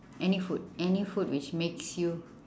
any food any food which makes you